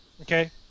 Okay